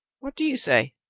what do you say?